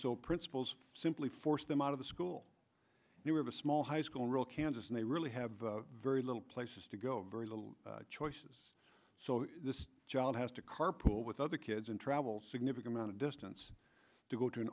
so principals simply force them out of the school and we have a small high school in real kansas and they really have very little places to go very little choices so the child has to carpool with other kids and travel significant amount of distance to go to an